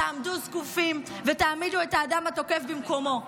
תעמדו זקופים ותעמידו את האדם התוקף במקומו.